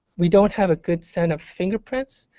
we don't have a good set of fingerprints,